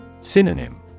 Synonym